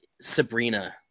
Sabrina